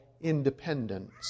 independence